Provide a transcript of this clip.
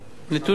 נתונים.